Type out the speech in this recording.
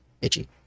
itchy